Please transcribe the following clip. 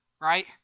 right